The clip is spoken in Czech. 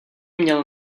měl